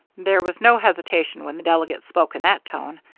there was no hesitation when the delegate spoke in that tone.